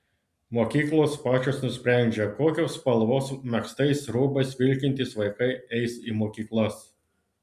mokyklos pačios nusprendžia kokios spalvos megztais rūbais vilkintys vaikai eis į mokyklas